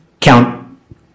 count